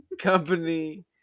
company